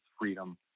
Freedom